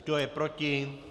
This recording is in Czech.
Kdo je proti?